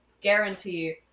guarantee